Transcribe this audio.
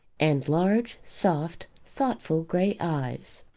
and large, soft, thoughtful grey eyes.